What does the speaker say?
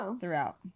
Throughout